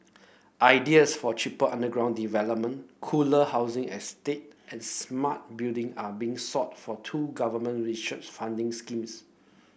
ideas for cheaper underground development cooler housing estate and smart building are being sought for two government research funding schemes